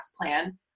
plan